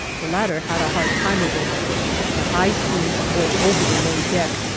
the latter had a hard time of it the high seas poured over the low deck,